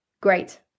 great